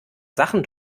sachen